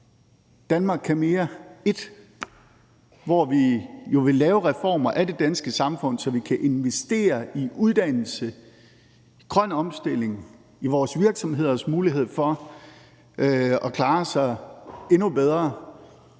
»Danmark kan mere I«, hvor vi vil lave reformer af det danske samfund, så vi kan investere i uddannelse, i grøn omstilling, i vores virksomheders mulighed for at klare sig endnu bedre,